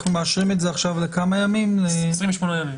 אנחנו מאשרים את זה עכשיו ל-28 ימים.